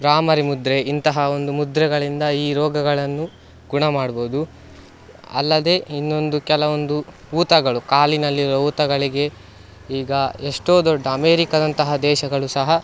ಬ್ರಾಹ್ಮರಿ ಮುದ್ರೆ ಇಂತಹ ಒಂದು ಮುದ್ರೆಗಳಿಂದ ಈ ರೋಗಗಳನ್ನು ಗುಣ ಮಾಡ್ಬೋದು ಅಲ್ಲದೆ ಇನ್ನೊಂದು ಕೆಲವೊಂದು ಊತಗಳು ಕಾಲಿನಲ್ಲಿರುವ ಊತಗಳಿಗೆ ಈಗ ಎಷ್ಟೋ ದೊಡ್ಡ ಅಮೇರಿಕದಂತಹ ದೇಶಗಳು ಸಹ